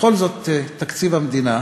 בכל זאת, תקציב המדינה,